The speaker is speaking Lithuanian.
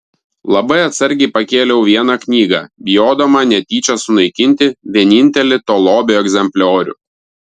labai atsargiai pakėliau vieną knygą bijodama netyčia sunaikinti vienintelį to lobio egzempliorių